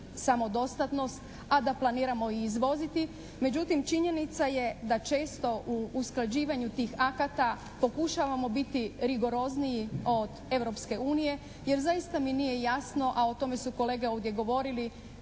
samodostatnost a da planiramo i izvoziti međutim, činjenica je da često u usklađivanju tih akata pokušavamo biti rigorozniji od Europske unije jer zaista mi nije jasno a o tome su kolege ovdje govorili